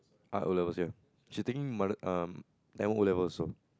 art O-levels ya she's taking mother~ um Tamil O-levels also